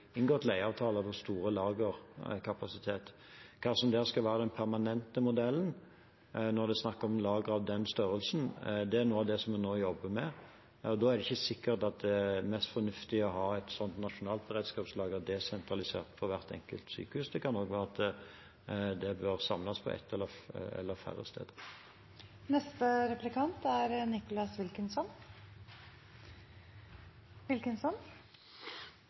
inngått leieavtaler for stor lagerkapasitet. Hva som skal være den permanente modellen når det er snakk om lager av den størrelsen, er noe av det vi nå jobber med. Da er det ikke sikkert at det er mest fornuftig å ha et sånt nasjonalt beredskapslager desentralisert på hvert enkelt sykehus. Det kan også være at det bør samles på ett eller